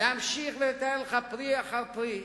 אני יכול להמשיך ולתאר לך פרי אחר פרי,